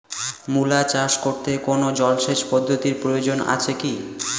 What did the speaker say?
মূলা চাষ করতে কোনো জলসেচ পদ্ধতির প্রয়োজন আছে কী?